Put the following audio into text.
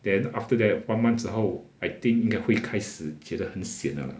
then after that one month 之后 I think 也会开始觉得很 sian liao 了